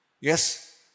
Yes